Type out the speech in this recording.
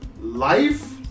life